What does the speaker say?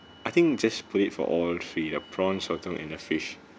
I think just put it for all three the prawns sotong and the fish